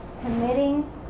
Committing